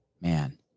Man